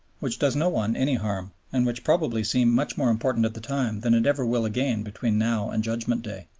which does no one any harm, and which probably seemed much more important at the time than it ever will again between now and judgment day.